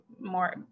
more